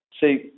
see